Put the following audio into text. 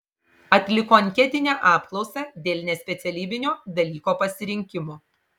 atliko anketinę apklausą dėl nespecialybinio dalyko pasirinkimo